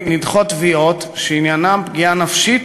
נדחות תביעות שעניינן פגיעה נפשית